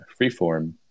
freeform